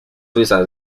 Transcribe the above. suiza